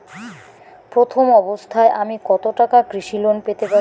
প্রথম অবস্থায় আমি কত টাকা কৃষি লোন পেতে পারি?